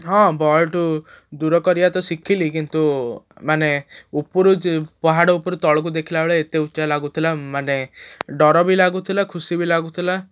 ହଁ ବଲ୍ଠୁ ଦୂର କରିବା ତ ଶିଖିଲି କିନ୍ତୁ ମାନେ ଉପରୁ ପାହାଡ଼ ଉପରୁ ତଳକୁ ଦେଖିଲାବେଳେ ଏତେ ଉଚ୍ଚା ଲାଗୁଥିଲା ମାନେ ଡର ବି ଲାଗୁଥିଲା ଖୁସି ବି ଲାଗୁଥିଲା